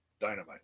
Dynamite